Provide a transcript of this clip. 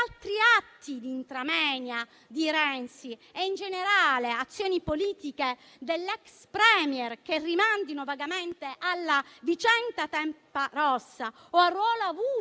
altri atti *intra moenia* di Renzi e, in generale, azioni politiche dell'ex *Premier* che rimandino vagamente alla vicenda Tempa Rossa o al ruolo avuto